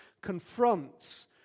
confronts